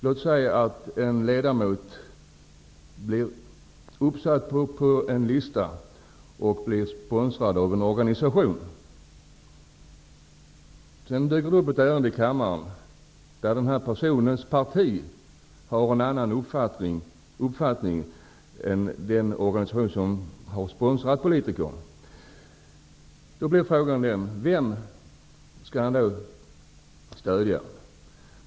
Låt oss säga att en ledamot blir uppsatt på en lista och blir sponsrad av en organisation och att det sedan dyker upp ett ärende i kammaren, där den här personens parti har en annan uppfattning än den organisation som har sponsrat politikern. Då blir frågan: Vem skall politikern stödja?